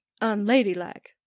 unladylike